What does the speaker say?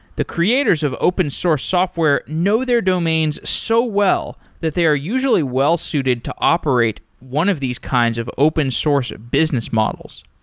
the creators of open source software know their domains so well that they are usually well-suited to operate one of these kinds of open source business models.